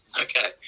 Okay